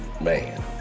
man